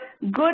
good